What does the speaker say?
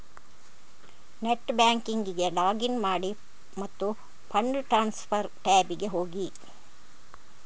net ಬ್ಯಾಂಕಿಂಗಿಗೆ login ಮಾಡಿ ಮತ್ತು ಫಂಡ್ ಟ್ರಾನ್ಸ್ಫರ್ ಟ್ಯಾಬಿಗೆ ಹೋಗಿ